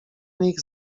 nich